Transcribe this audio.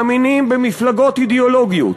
מאמינים במפלגות אידיאולוגיות,